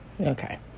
Okay